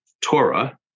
Torah